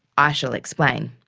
i shall explain.